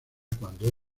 cuando